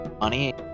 money